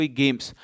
games